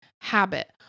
habit